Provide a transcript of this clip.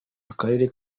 akarere